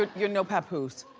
ah you're no papoose.